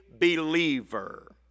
believer